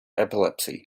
epilepsy